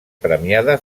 premiada